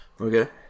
okay